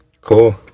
Cool